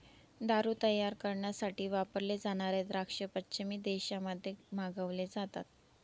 दारू तयार करण्यासाठी वापरले जाणारे द्राक्ष पश्चिमी देशांमध्ये मागवले जातात